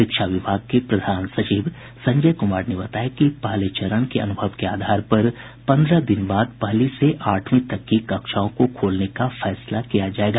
शिक्षा विभाग के प्रधान सचिव संजय कुमार ने बताया कि पहले चरण के अनुभव के आधार पर पन्द्रह दिन बाद पहली से आठवीं तक की कक्षाओं को खोलने का फैसला किया जायेगा